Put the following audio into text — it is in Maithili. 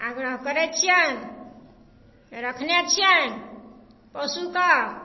आग्रह करैत छियनि रखने छियनि पशुके